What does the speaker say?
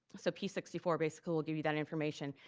so p sixty four basically will give you that information.